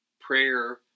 Prayer